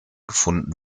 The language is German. gefunden